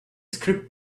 script